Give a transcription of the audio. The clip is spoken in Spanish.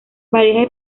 varias